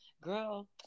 girl